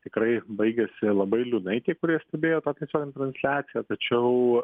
tikrai baigėsi labai liūdnai tie kurie stebėjo tą tiesioginę transliaciją tačiau